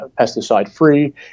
pesticide-free